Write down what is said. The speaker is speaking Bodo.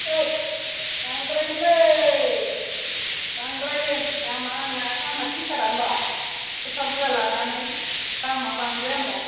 एद बांद्रायगोन बांद्रायगोन दामआ आंना आंहा थैथारा होमब्ला एफा बुरजा लानानै दामआ बांद्राया होमब्ला